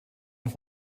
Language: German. und